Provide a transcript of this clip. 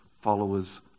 followers